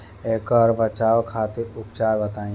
ऐकर बचाव खातिर उपचार बताई?